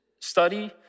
study